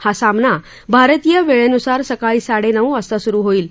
हा सामना भारतीय वेळेन्सार सकाळी साडेनऊ वाजता सुरु होईल